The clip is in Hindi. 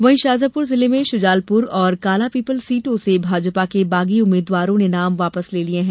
वहीं शाजापुर जिले में शुजालपुर और कालापीपल सीटों से भाजपा के बागी उम्मीद्वारों ने नाम वापस ले लिये हैं